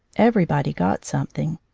everybody got something.